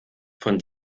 von